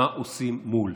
מה עושים מול.